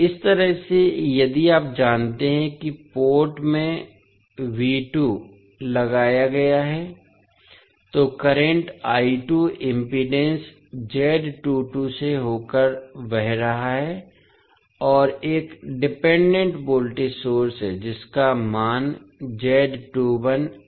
इस तरह से यदि आप जानते हैं कि पोर्ट में V2 लगाया गया है तो करंट I2 इम्पीडेन्स Z22 से होकर बह रहा है और एक डिपेंडेंट वोल्टेज सोर्स है जिसका मान Z21 I1 है